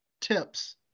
tips